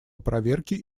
проверки